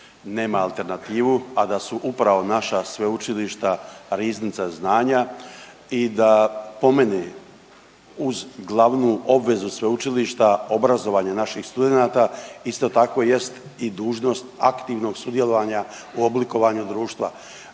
nema alternativu, a da su upravo naša sveučilišta riznica znanja i da po meni uz glavnu obvezu sveučilišta obrazovanja naših studenata, isto tako jest i dužnost aktivnog sudjelovanja u oblikovanju društva.